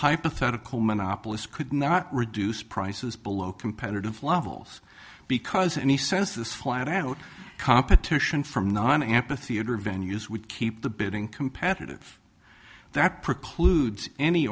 hypothetical monopolist could not reduce prices below competitive levels because and he says this flat out competition from non ampitheater venue's would keep the bidding competitive that precludes any